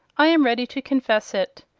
i am ready to confess it.